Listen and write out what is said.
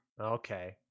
okay